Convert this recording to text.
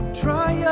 try